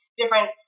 different